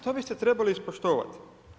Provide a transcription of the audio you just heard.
To biste trebali ispoštovati.